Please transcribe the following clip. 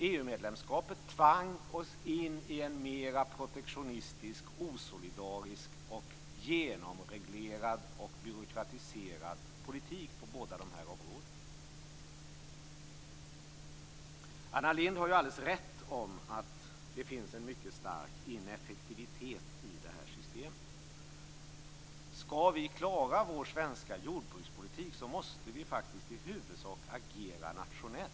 EU-medlemskapet tvang oss in i en mer protektionistisk, osolidarisk, genomreglerad och byråkratiserad politik på båda de här områdena. Anna Lindh har alldeles rätt i att det finns en mycket stark ineffektivitet i det här systemet. Om vi skall klara vår svenska jordbrukspolitik måste vi faktiskt i huvudsak agera nationellt.